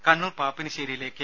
കണ്ണൂർ പാപ്പിനിശ്ശേരിയിലെ കെ